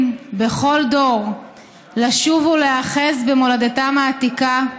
בכל דור לשוב ולהיאחז במולדתם העתיקה,